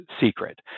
secret